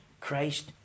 Christ